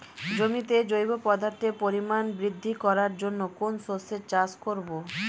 জমিতে জৈব পদার্থের পরিমাণ বৃদ্ধি করার জন্য কোন শস্যের চাষ করবো?